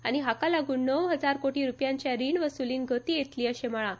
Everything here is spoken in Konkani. आनी हाका लागून णव हजार कोटी रुपयांच्या रीण वसुलींत गती येतली अशें म्हळां